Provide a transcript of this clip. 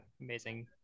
amazing